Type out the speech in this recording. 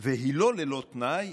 והיא לא ללא תנאי,